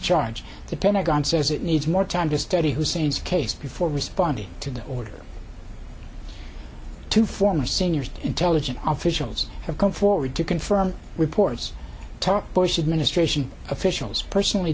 charge the pentagon says it needs more time to study hussein's case before responding to the order to former senior intelligence officials have come forward to confirm reports top bush administration officials personally